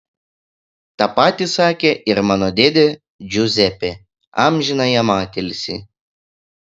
tą patį sakė ir mano dėdė džiuzepė amžiną jam atilsį